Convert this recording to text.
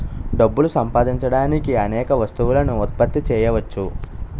డబ్బులు సంపాదించడానికి అనేక వస్తువులను ఉత్పత్తి చేయవచ్చు